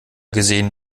gesehen